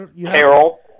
Carol